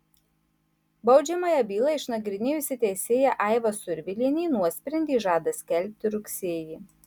baudžiamąją bylą išnagrinėjusi teisėja aiva survilienė nuosprendį žada skelbti rugsėjį